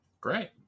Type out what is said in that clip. Great